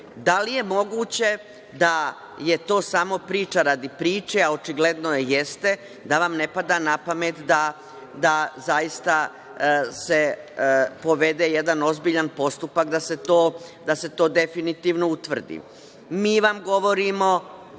Da li je moguće da je to samo priča radi priče, a očigledno jeste, da vam ne pada napamet da se povede jedan ozbiljan postupak da se to definitivno utvrdi? Mi vam govorimo